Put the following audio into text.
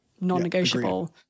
non-negotiable